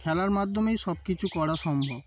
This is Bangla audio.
খেলার মাধ্যমেই সব কিছু করা সম্ভব